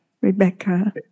Rebecca